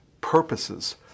purposes